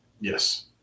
Yes